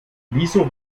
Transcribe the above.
wieso